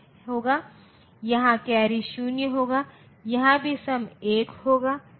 इसलिए यह हमें 52 बना देगा और यह दोनों 1 होना चाहिए